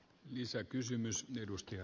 arvoisa puhemies